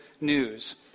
news